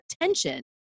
attention